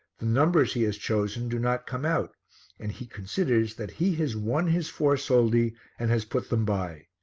the numbers he has chosen do not come out and he considers that he has won his four soldi and has put them by.